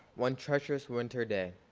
one treacherous winter day,